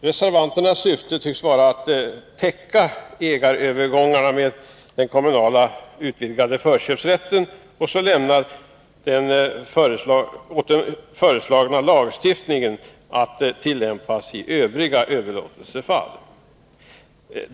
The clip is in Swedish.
Reservanternas syfte tycks vara att täcka ägarövergångarna med den kommunala förköpsrätten och lämna åt den föreslagna lagstiftningen att tillämpas i övriga överlåtelsefall.